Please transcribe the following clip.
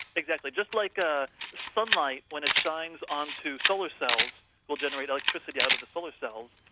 exactly. just like ah sunlight when it shines on to solar cells will generate electricity out of the solar cells.